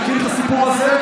אתה מכיר את הסיפור הזה?